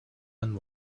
and